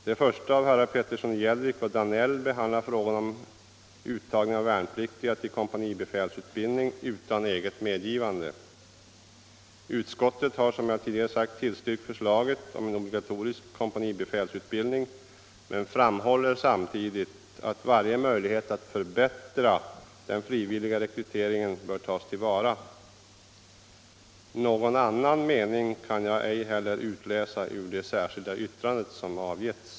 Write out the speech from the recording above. Det första, av herrar Petersson i Gäddvik och Danell, behandlar frågan om uttagning av värnpliktiga till kompanibefälsutbildning utan eget medgivande. Utskowuet har tillstyrkt förslaget om en obligatorisk kompanibefälsutbildning, men framhåller samtidigt att varje möjlighet att förbättra den fri villiga rekryteringen bör tas till vara. Någon annan mening kan jag ej heller utläsa ur det särskilda yttrandet.